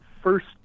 First